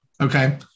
Okay